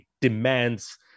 demands